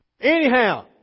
Anyhow